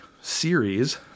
series